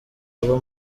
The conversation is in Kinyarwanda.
haba